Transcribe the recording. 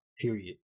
period